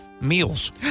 meals